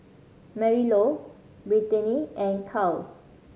Marylou Brittanie and Kyle